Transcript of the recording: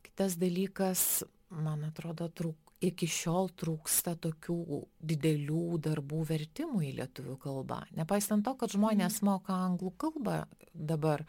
kitas dalykas man atrodo trūk iki šiol trūksta tokių didelių darbų vertimų į lietuvių kalbą nepaisant to kad žmonės moka anglų kalbą dabar